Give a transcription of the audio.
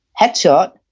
headshot